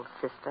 sister